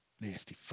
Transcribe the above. nasty